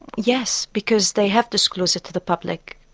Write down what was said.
yes, because they have disclosed it to the public.